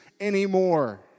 anymore